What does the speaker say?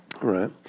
right